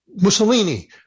Mussolini